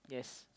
yes